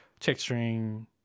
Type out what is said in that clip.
texturing